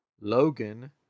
Logan